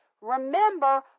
Remember